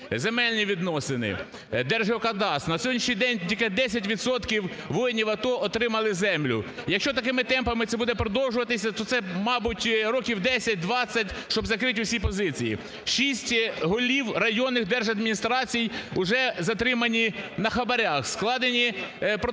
земельні відносини, Держгеокадастр. На сьогоднішній день тільки 10 відсотків воїнів АТО отримали землю. Якщо такими темпами це буде продовжуватися, то це, мабуть, років 10-20, щоб закрити всі позиції. Шість голів районних держадміністрацій вже затримані на хабарах, складені протоколи